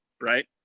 right